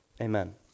Amen